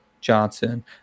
Johnson